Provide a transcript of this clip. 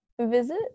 visit